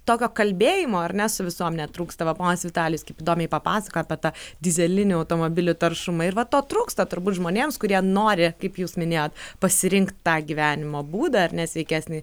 tokio kalbėjimo ar ne su visuomene trūksta va ponas vitalijus kaip įdomiai papasakojo apie tą dyzelinių automobilių taršumą ir va to trūksta turbūt žmonėms kurie nori kaip jūs minėjot pasirinkt tą gyvenimo būdą ar ne sveikesnį